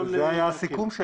זה היה הסיכום.